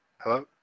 Hello